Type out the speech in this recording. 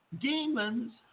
demons